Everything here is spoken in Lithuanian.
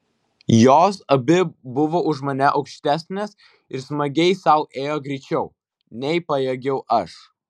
jos abi buvo už mane aukštesnės ir smagiai sau ėjo greičiau nei pajėgiau aš